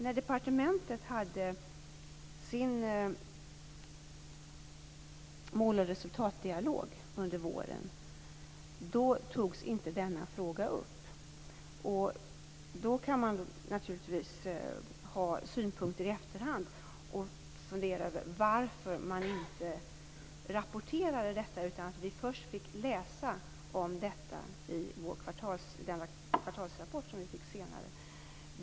När departementet hade sin mål och resultatdialog under våren togs denna fråga inte upp. Man kan naturligtvis ha synpunkter i efterhand och fundera över varför man inte rapporterade detta. Vi fick läsa om det först i den kvartalsrapport som kom senare.